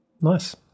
Nice